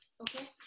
Okay